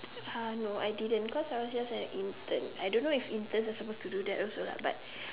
uh no I didn't because I was just an intern I don't know if interns are supposed to do that also lah but